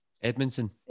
Edmondson